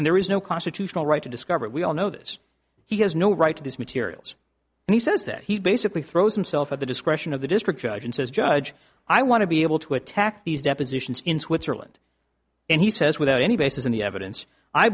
and there is no constitutional right to discover it we all know this he has no right to these materials and he says that he basically throws himself at the discretion of the district judge and says judge i want to be able to attack these depositions in switzerland and he says without any basis in the evidence i